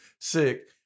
sick